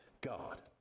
God